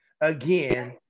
again